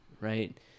right